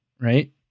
right